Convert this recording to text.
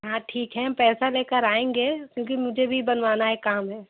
हाँ ठीक है हम पैसा लेकर आएँगे क्योंकि मुझे भी बनवाना है काम है